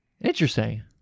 Interesting